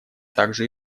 также